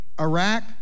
Iraq